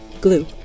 Glue